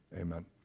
Amen